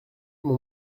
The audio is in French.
mon